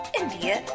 India